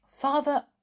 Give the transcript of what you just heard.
Father